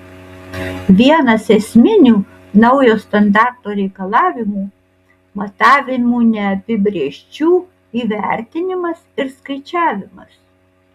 vienas esminių naujo standarto reikalavimų matavimų neapibrėžčių įvertinimas ir skaičiavimas